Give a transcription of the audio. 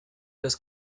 los